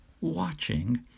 watching